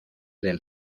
del